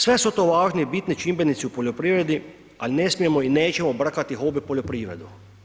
Sve su to važni i bitni čimbenici u poljoprivredi, al ne smijemo i nećemo brkati hobi i poljoprivredu.